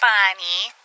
Bonnie